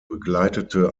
begleitete